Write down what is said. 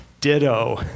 ditto